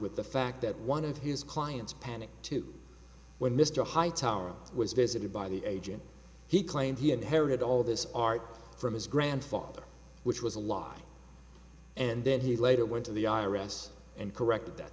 with the fact that one of his clients panicked too when mr hightower was visited by the agent he claimed he inherited all this art from his grandfather which was a lie and then he later went to the i r s and corrected that